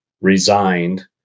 resigned